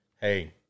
hey